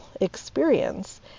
experience